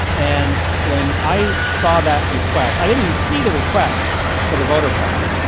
and when i saw that request, i didn't even see the request for the voter file.